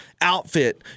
outfit